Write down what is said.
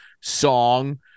song